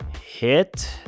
Hit